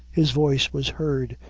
his voice was heard,